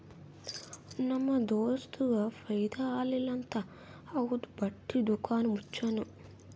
ನಮ್ ದೋಸ್ತಗ್ ಫೈದಾ ಆಲಿಲ್ಲ ಅಂತ್ ಅವಂದು ಬಟ್ಟಿ ದುಕಾನ್ ಮುಚ್ಚನೂ